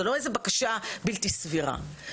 זו לא בקשה בלתי סבירה.